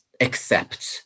accept